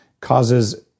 causes